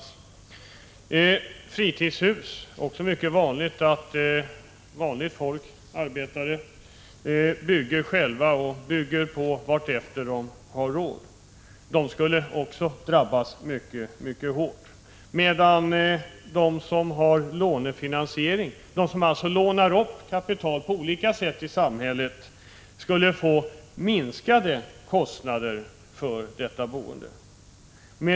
Det förekommer också ofta att vanligt folk — arbetare — själva bygger fritidshus och bygger till vartefter de har råd. De skulle också drabbas mycket hårt, medan de som på olika sätt lånar upp kapital i samhället skulle få minskade kostnader för sitt boende.